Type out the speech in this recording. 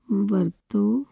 ਵਰਤੋਂ